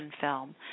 film